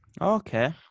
Okay